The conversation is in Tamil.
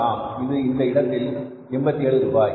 ஆம் இது இந்த இடத்தில் 87 ரூபாய்